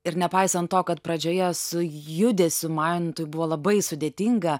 ir nepaisant to kad pradžioje su judesiu mantui buvo labai sudėtinga